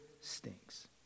stinks